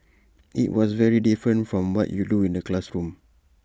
IT was very different from what you do in the classroom